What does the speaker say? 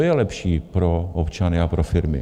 Co je lepší pro občany a pro firmy?